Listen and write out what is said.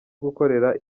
gukorera